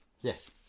yes